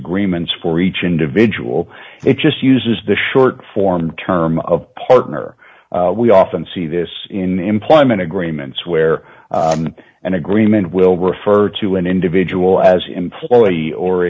agreements for each individual it just uses the short form term of partner we often see this in employment agreements where an agreement will refer to an individual as employee or